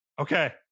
Okay